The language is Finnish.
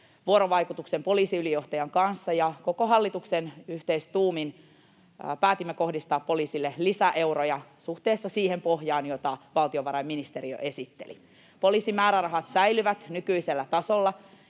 vuorovaikutuksen poliisiylijohtajan kanssa, ja päätimme koko hallituksen kanssa yhteistuumin kohdistaa poliisille lisäeuroja suhteessa siihen pohjaan, jonka valtiovarainministeriö esitteli. Poliisin määrärahat säilyvät nykyisellä tasolla,